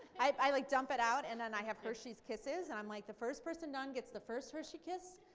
i like dump it out and then i have hershey's kisses, and i'm like the first person done gets the first hershey kiss.